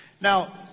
Now